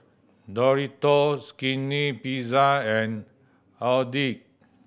Doritos Skinny Pizza and Audi